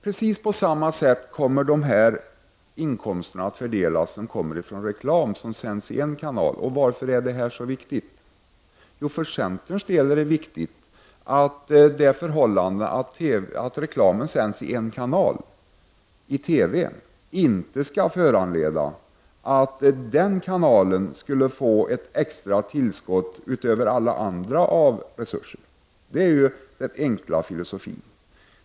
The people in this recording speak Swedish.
Precis på samma sätt kommer dessa inkomster att kunna fördelas som kommer från reklam som sänds i en kanal. Varför är detta så viktigt? För centerns del är det viktigt att det förhållandet att reklamen sänds i en kanal i TV inte skall föranleda att den kanalen skulle få ett extra tillskott utöver alla andra resurser. Detta är den enkla filosofin.